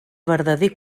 verdader